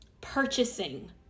purchasing